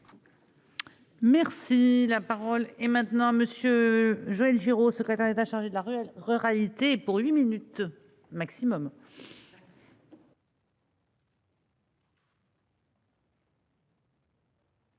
Merci, la parole est maintenant monsieur Joël Giraud, secrétaire d'État chargé de la ruralité pour 8 minutes maximum.